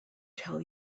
tell